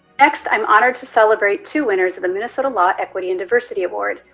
next, i'm honored to celebrate two winners of the minnesota law equity and diversity award,